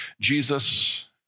Jesus